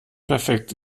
perfekt